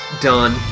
done